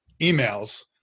emails